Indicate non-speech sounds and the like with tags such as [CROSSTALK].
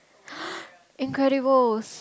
[BREATH] Incredibles